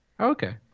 Okay